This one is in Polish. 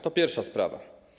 To pierwsza sprawa.